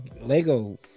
Lego